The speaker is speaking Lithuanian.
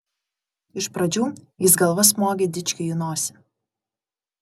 iš pradžių jis galva smogė dičkiui į nosį